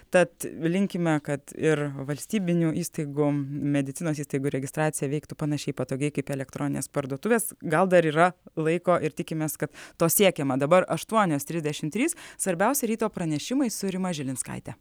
tad linkime kad ir valstybinių įstaigų medicinos įstaigų registracija veiktų panašiai patogiai kaip elektroninės parduotuvės gal dar yra laiko ir tikimės kad to siekiama dabar aštuonios trisdešim trys svarbiausi ryto pranešimai su rima žilinskaite